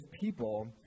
people